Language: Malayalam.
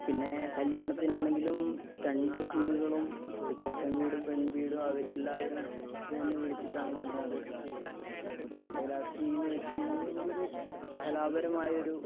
പിന്നെ കല്യാണത്തിനാണെങ്കിലും രണ്ട് ടീമുകളും ഇപ്പം ചെക്കൻ വീടും പെൺ വീടും അവരെല്ലാവരും ഇത് തന്നെ വിളിച്ചിട്ടാണ് കൊണ്ട് നടക്കുക അപ്പോൾ ഫോട്ടോഗ്രാഫി എന്ന് വെച്ച് കഴിഞ്ഞാൽ നമുക്കൊരു കലാപരമായ ഒരു